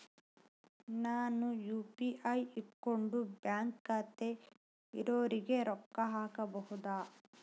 ನಾನು ಯು.ಪಿ.ಐ ಇಟ್ಕೊಂಡು ಬ್ಯಾಂಕ್ ಖಾತೆ ಇರೊರಿಗೆ ರೊಕ್ಕ ಹಾಕಬಹುದಾ?